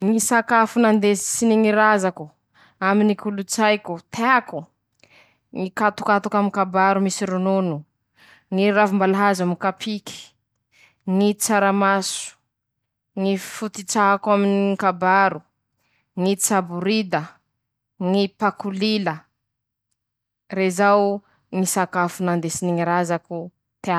Ñy fomba hampienà ñy fañariankarian-kany an-dakozy añy :mila hain-teña a ñy kapoa-bary noho ñy laoky tokony ho ketrehin-teña, manahaky anizay ñy isakin-teña an-traño ao mba tsy hampisera ñy hany hany avao ;lafa ñy hany ro tsy lany, tokony hajàry afanà soa, lombofa soa<ptoa> ;manahaky anizay koa, tsy vilin-teña maro i baka am-bazary añe soa amizay tsy simba na lafa vilien-teña maro i, hajàry soa mba tsy ho simba.